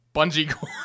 Bungie